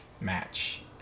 match